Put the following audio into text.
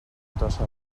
tossa